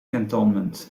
cantonment